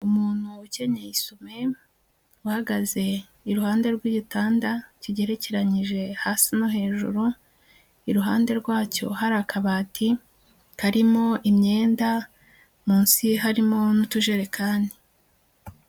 Umuntu ukenyeye isume uhagaze iruhande rw'igitanda kigerekeranyije hasi no hejuru, iruhande rwacyo hari akabati karimo imyenda munsi harimo n'utujerekani.